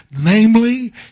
Namely